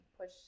push